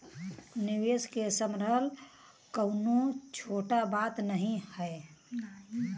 निवेस के सम्हारल कउनो छोट बात नाही हौ